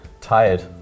Tired